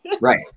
Right